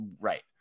right